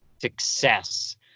success